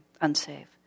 unsafe